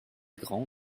grands